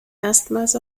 erstmals